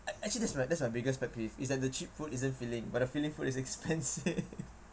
act~ actually that's my that's my biggest pet peeve is that the cheap food isn't filling but the filling food is expensive